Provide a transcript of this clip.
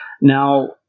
Now